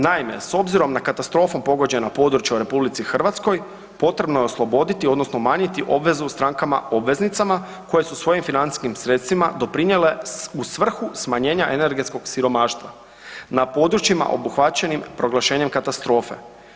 Naime, s obzirom na katastrofom pogođena područja u RH potrebno je osloboditi odnosno umanjiti obvezu strankama obveznicama koje su svojim financijskim sredstvima doprinijele u svrhu smanjenja energetskog siromaštva na područjima obuhvaćenim proglašenjem katastrofe.